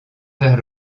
vers